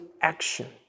action